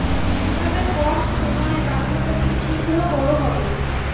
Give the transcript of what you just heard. কিভাবে কম সময়ে বাঁধাকপি শিঘ্র বড় হবে?